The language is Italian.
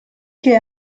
che